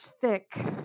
thick